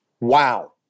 Wow